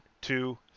two